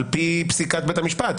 על פי פסיקת בית המשפט,